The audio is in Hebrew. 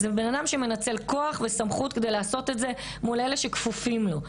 זה בן אדם שמנצל כוח וסמכות כדי לעשות את זה מול אלה שכפופים לו.